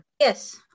yes